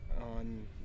on